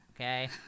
okay